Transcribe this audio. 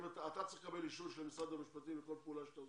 אתה צריך לקבל אישור של משרד המשפטים לכל פעולה שאתה עושה?